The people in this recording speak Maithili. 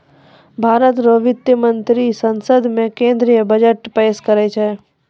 भारत रो वित्त मंत्री संसद मे केंद्रीय बजट पेस करै छै